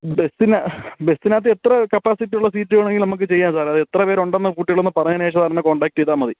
ബസ്സിന് ബസ്സിനകത്ത് എത്ര കപ്പാസിറ്റിയുള്ള സീറ്റ് വേണേലും നമുക്ക് ചെയ്യാം സാറേ അതെത്ര പേരുണ്ടെന്നു കുട്ടികളൊന്നു പറഞ്ഞതിന് ശേഷം സാറെന്നെ കോൺടാക്ട് ചെയ്താൽ മതി